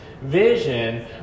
vision